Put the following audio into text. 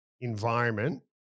environment